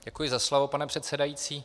Děkuji za slovo, pane předsedající.